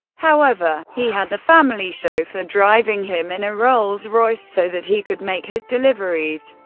however, he had the family chauffeur driving him in a rolls-royce so that he could make his deliveries.